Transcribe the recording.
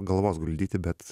galvos guldyti bet